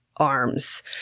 arms